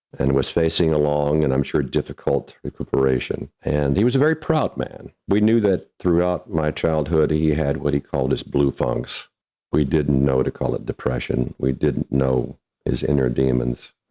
and was facing along and i'm sure difficult recuperation, and he was a very proud man. we knew that throughout my childhood, he had what he called his blue funks we didn't know to call it depression, we didn't know his inner demons.